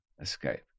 escape